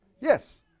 Yes